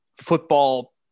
football